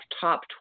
top